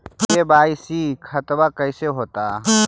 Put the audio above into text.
KYC खतबा कैसे होता?